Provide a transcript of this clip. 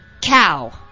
cow